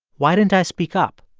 why didn't i speak up?